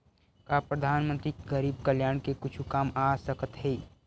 का परधानमंतरी गरीब कल्याण के कुछु काम आ सकत हे